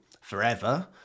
forever